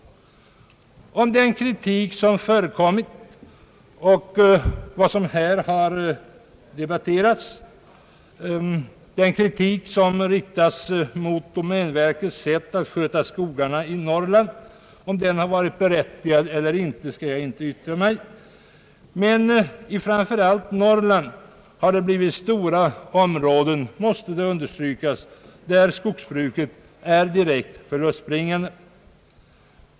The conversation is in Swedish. Om den kritik som förekommit mot domänverkets sätt att sköta skogarna i Norrland har varit berättigad ämnar jag inte yttra mig. Men framför allt i Norrland har skogsbruket i stora områden blivit direkt förlustbringande.